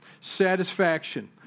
Satisfaction